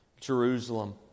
Jerusalem